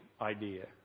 idea